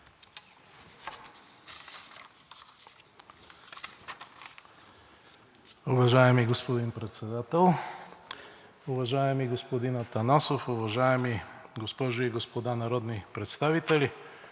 Уважаеми господин Председател, уважаеми господин Атанасов, уважаеми госпожи и господа народни представители!